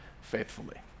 faithfully